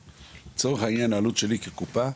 לצורך העניין, העלות שלי כקופה,